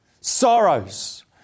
Sorrows